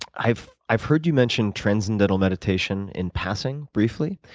i've i've heard you mention transcendental meditation in passing briefly.